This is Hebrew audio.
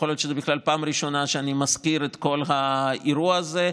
ויכול להיות שזו בכלל הפעם הראשונה שאני מזכיר את כל האירוע הזה,